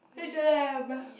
H and M